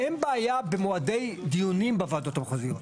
אין בעיה שמועדי הדיונים בוועדות המחוזיות.